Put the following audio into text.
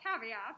caveat